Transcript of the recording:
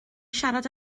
siarad